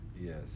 Yes